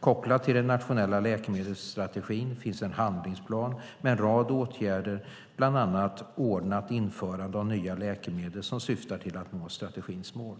Kopplad till den nationella läkemedelsstrategin finns en handlingsplan med en rad åtgärder, bland annat ordnat införande av nya läkemedel, som syftar till att nå strategins mål.